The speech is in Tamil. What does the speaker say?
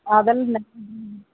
அதெல்லாம் நல்ல ட்ரைவர்